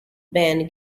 ben